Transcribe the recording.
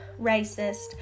racist